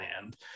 land